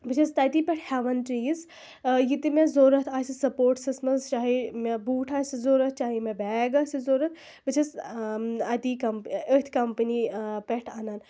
بہٕ چھَس تَتی پٮ۪ٹھ ہٮ۪وان چیٖز ییٚتہِ مےٚ ضروٗرت آسہِ سَپورٹسَس منٛز چاہے مےٚ بوٗٹھ آسہِ ضروٗرت چاہے مےٚ بیگ آسہِ ضروٗرت بہٕ چھَس اَتی کَم أتھۍ کَمپٔنی پٮ۪ٹھ اَنان